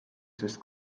sest